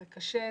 זה קשה,